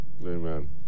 Amen